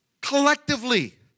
collectively